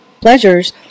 pleasures